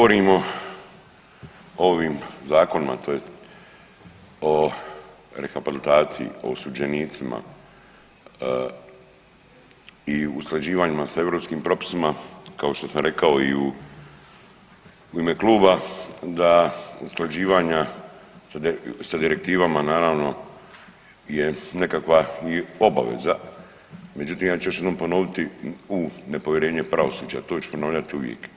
Kad govorimo o ovim zakonima, tj. o rehabilitaciji i osuđenicima, i u usklađivanjima sa europskim propisima, kao što sam rekao i u ime kluba, da usklađivanja da direktivama, naravno je nekakva i obaveza, međutim ja ću još jednom ponoviti, u nepovjerenje pravosuđa, to ću ponavljati uvijek.